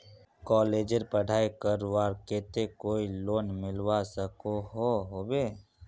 कॉलेजेर पढ़ाई करवार केते कोई लोन मिलवा सकोहो होबे?